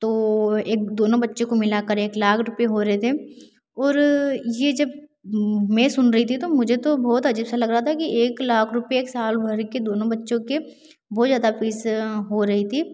तो एक दोनों बच्चे को मिलाकर एक लाख रूपये हो रहे थे और यह जब मैं सुन रही थी तो मुझे तो बहुत अजीब सा लग रहा था कि एक लाख रूपये एक साल भर के दोनों बच्चों के बहुत ज़्यादा फ़ीस हो रही थी